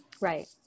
Right